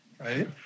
right